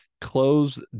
close